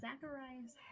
Zacharias